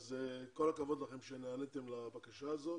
אז כל הכבוד לכם שנעניתם לבקשה הזאת.